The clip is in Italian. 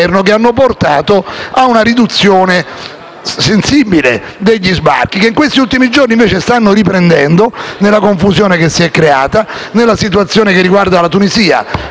che hanno portato a una riduzione sensibile degli sbarchi, che in questi ultimi giorni invece stanno riprendendo a causa della confusione che si è creata e della situazione che riguarda la Tunisia.